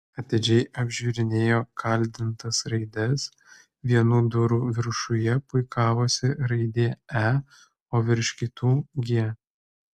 atidžiai apžiūrinėjo kaldintas raides vienų durų viršuje puikavosi raidė e o virš kitų g